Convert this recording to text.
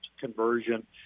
conversion